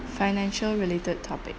financial-related topic